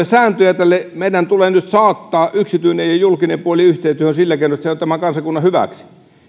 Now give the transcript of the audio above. sääntöjä tälle meidän tulee nyt saattaa yksityinen ja julkinen puoli yhteen työhön sillä keinoin että se on tämän kansakunnan hyväksi